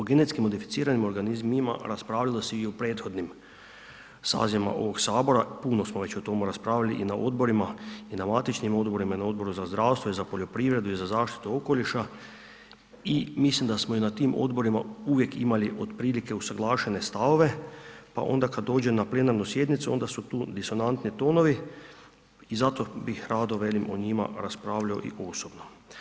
O GMO raspravljalo se i u prethodnim sazivima ovog HS, puno smo već o tome raspravili i na odborima i na Matičnim odborima i na Odboru za zdravstvo i za poljoprivredu i za zaštitu okoliša i mislim da smo i na tim odborima uvijek imali otprilike usuglašene stavove, pa onda kad dođe na plenarnu sjednicu onda su tu disonantni tonovi i zato bih rado velim o njima raspravljao i osobno.